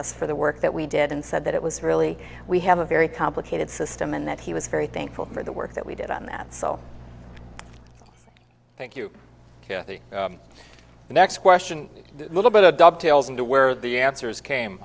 us for the work that we did and said that it was really we have a very complicated system and that he was very thankful for the work that we did on that so thank you next question little bit of dovetails into where the answers came